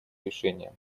решение